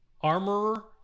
Armorer